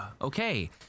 Okay